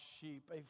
sheep